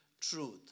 truth